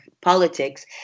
politics